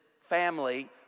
family